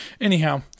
Anyhow